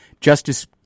Justice